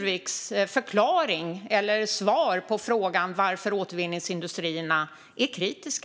Vilket är Marlene Burwicks svar på frågan varför återvinningsindustrierna är kritiska?